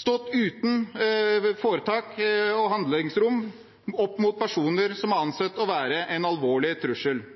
stått uten tiltak og handlingsrom overfor personer som er ansett å være en alvorlig trussel.